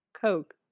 Coke